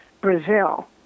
Brazil